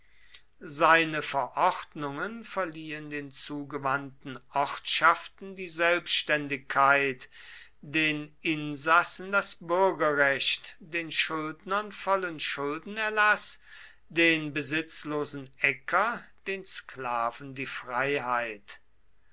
seine verordnungen verliehen den zugewandten ortschaften die selbständigkeit den insassen das bürgerrecht den schuldnern vollen schuldenerlaß den besitzlosen äcker den sklaven die freiheit